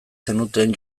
zenuten